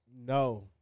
No